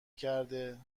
کرده